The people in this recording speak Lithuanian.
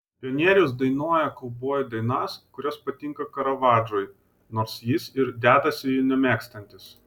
pionierius dainuoja kaubojų dainas kurios patinka karavadžui nors jis ir dedasi jų nemėgstantis